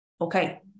okay